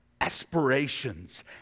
aspirations